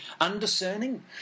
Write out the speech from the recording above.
undiscerning